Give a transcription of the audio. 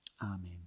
Amen